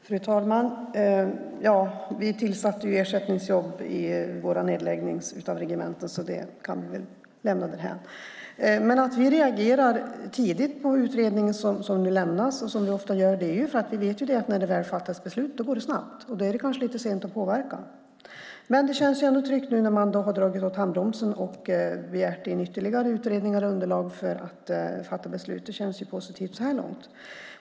Fru talman! Vi tillförde ersättningsjobb i samband med vår nedläggning av regementen så det kan vi väl lämna därhän. Att vi reagerar tidigt på den utredning som lämnats, som vi ofta gör, är ju för att vi vet att det när det väl fattas beslut går snabbt. Då är det kanske lite sent att påverka. Det känns ändå tryggt att de har dragit åt handbromsen och begärt in ytterligare utredningsunderlag för att fatta beslut. Det känns positivt så här långt.